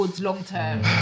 long-term